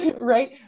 Right